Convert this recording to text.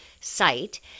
site